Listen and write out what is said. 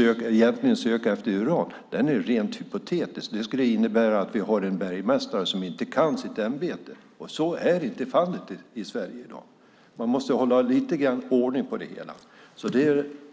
egentligen söka efter uran är rent hypotetiskt. Det skulle innebära att bergmästaren inte kan sitt ämbete. Så är inte fallet i Sverige i dag. Man måste hålla lite ordning på saker och ting.